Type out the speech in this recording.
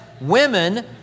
women